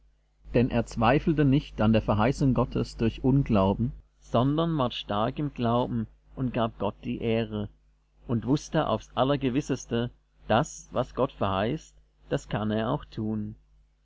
denn er zweifelte nicht an der verheißung gottes durch unglauben sondern ward stark im glauben und gab gott die ehre und wußte aufs allergewisseste daß was gott verheißt das kann er auch tun